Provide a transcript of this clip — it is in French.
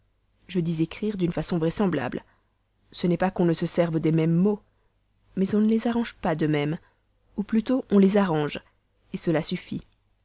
je dis encore d'une façon vraisemblable ce n'est pas qu'on ne se serve des mêmes mots mais on ne les arrange pas de même ou plutôt on les arrange cela suffit